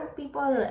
people